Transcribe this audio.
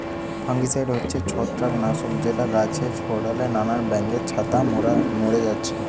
fungicide হচ্ছে ছত্রাক নাশক যেটা গাছে ছোড়ালে নানান ব্যাঙের ছাতা মোরে যাচ্ছে